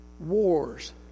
Wars